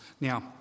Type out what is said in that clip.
Now